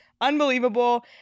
Unbelievable